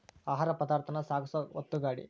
ಆಹಾರ ಪದಾರ್ಥಾನ ಸಾಗಸು ಒತ್ತುಗಾಡಿ